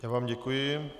Já vám děkuji.